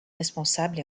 responsables